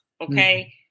okay